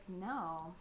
no